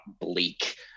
bleak